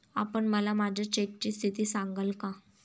आपण मला माझ्या चेकची स्थिती सांगाल का?